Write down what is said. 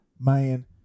Man